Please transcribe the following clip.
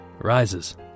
rises